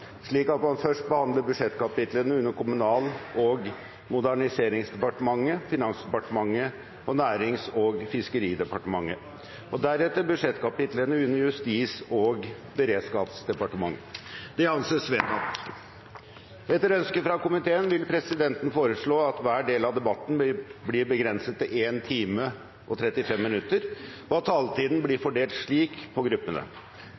slik at man først behandler budsjettkapitlene under Kommunal- og moderniseringsdepartementet, Finansdepartementet og Nærings- og fiskeridepartementet, og deretter budsjettkapitlene under Justis- og beredskapsdepartementet. – Det anses vedtatt. Etter ønske fra komiteen vil presidenten foreslå at hver del av debatten blir begrenset til 1 time og 35 minutter, og at taletiden blir fordelt slik på gruppene: